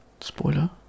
Spoiler